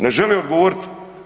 Ne žele odgovoriti.